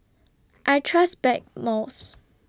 I Trust Blackmores